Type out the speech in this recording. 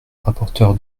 rapporteur